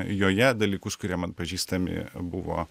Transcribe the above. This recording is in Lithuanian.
joje dalykus kurie man pažįstami buvo